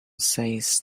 says